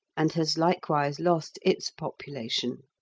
and has likewise lost its population.